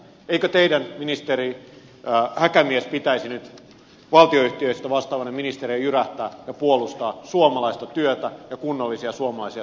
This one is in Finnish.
eikö teidän ministeri häkämies pitäisi nyt valtionyhtiöistä vastaavana ministerinä jyrähtää ja puolustaa suomalaista työtä ja kunnollisia suomalaisia työolosuhteita